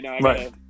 right